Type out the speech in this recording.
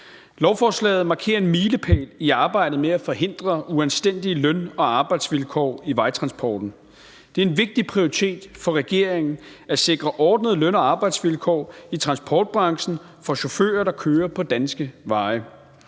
Lovforslaget markerer en milepæl i arbejdet med at forhindre uanstændige løn- og arbejdsvilkår i vejtransporten. Det er en vigtig prioritet for regeringen at sikre ordnede løn- og arbejdsvilkår i transportbranchen for chauffører, der kører på danske veje.